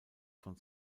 von